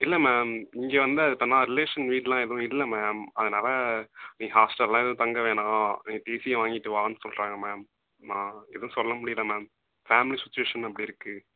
இல்லை மேம் இங்கே வந்து இத்தனைநாள் ரிலேஷன் வீடுலாம் எதுவும் இல்லை மேம் அதனால நீ ஹாஸ்டல்லலாம் எதுவும் தங்க வேணாம் நீ டிசியை வாங்கிகிட்டு வான்னு சொல்கிறாங்க மேம் நான் எதுவும் சொல்ல முடியல மேம் ஃபேமிலி சுச்சிவேஷன் அப்படி இருக்கு